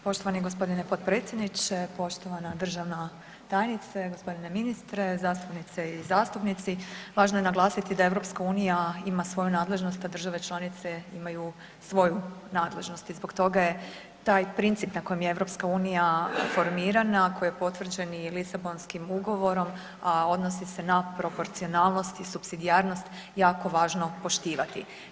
Poštovani gospodine potpredsjedniče, poštovana državna tajnice, gospodine ministre, zastupnice i zastupnici važno je naglasiti da EU ima svoju nadležnost, a države članice imaju svoju nadležnost i zbog toga je taj princip na kojem je EU formirana, koji je potvrđen i Lisabonskim ugovorom, a odnosi se na proporcionalnost i supsidijarnost jako važno poštivati.